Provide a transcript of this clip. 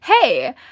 Hey